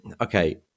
okay